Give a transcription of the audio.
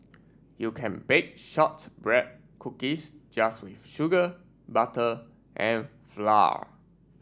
you can bake shortbread cookies just with sugar butter and flour